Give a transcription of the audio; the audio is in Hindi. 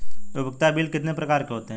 उपयोगिता बिल कितने प्रकार के होते हैं?